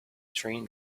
train